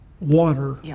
water